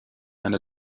and